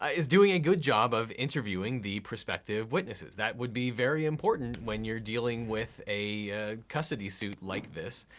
ah is doing a good job of interviewing the prospective witnesses. that would be very important when you're dealing with a custody suit like this,